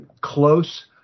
close